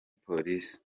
polisi